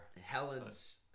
Helen's